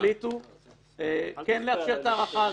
שהחליטו כן לאפשר את ההארכה הזו.